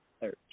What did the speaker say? search